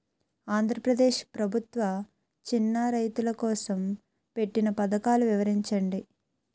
ఆంధ్రప్రదేశ్ ప్రభుత్వ చిన్నా రైతుల కోసం పెట్టిన పథకాలు వివరించండి?